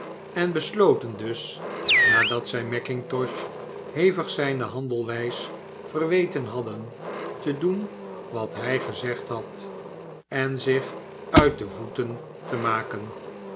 en besloten dus nadat zij mackintosh hevig zijne handelwys verweten hadden te doen wat hij gezegd had en zich uit de voeten te maken